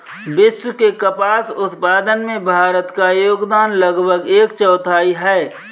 विश्व के कपास उत्पादन में भारत का योगदान लगभग एक चौथाई है